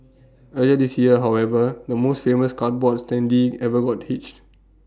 earlier this year however the most famous cardboard standee ever got hitched